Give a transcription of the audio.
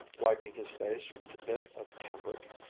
wiping his face with the bit of cambric,